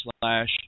slash